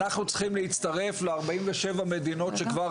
אנחנו צריכים להצטרף ל-47 מדינות שכבר